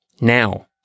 now